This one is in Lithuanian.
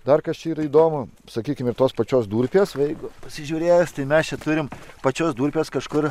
dar kas yra įdomu sakykim ir tos pačios durpės va jeigu pasižiūrėjęs tai mes čia turime pačias durpes kažkur